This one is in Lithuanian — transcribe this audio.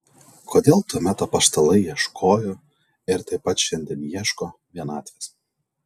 kodėl tuomet apaštalai ieškojo ir taip pat šiandien ieško vienatvės